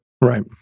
Right